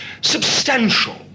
substantial